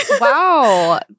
Wow